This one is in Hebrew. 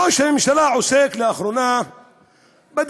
ראש הממשלה עוסק לאחרונה בדברים,